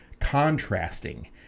contrasting